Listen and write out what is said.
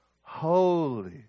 holy